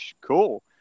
Cool